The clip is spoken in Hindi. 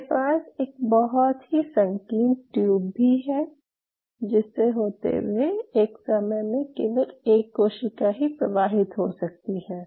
हमारे पास एक बहुत ही संकीर्ण ट्यूब भी है जिससे होते हुए एक समय में केवल एक कोशिका ही प्रवाहित हो सकती है